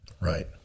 Right